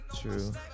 true